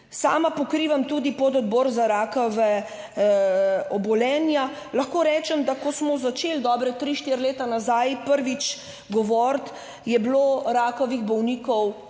Sama pokrivam tudi pododbor za rakava obolenja. Lahko rečem, da ko smo začeli dobre tri, štiri leta nazaj prvič govoriti, je bilo rakavih bolnikov